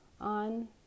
on